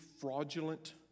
fraudulent